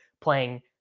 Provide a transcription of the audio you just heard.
playing